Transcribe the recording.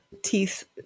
teeth